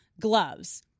gloves